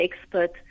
expert